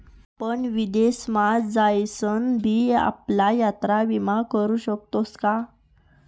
आपण विदेश मा जाईसन भी आपला यात्रा विमा करू शकतोस का?